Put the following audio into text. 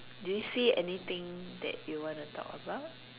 do you see anything that you wanna talk about